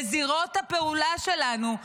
לזירות הפעולה שלנו,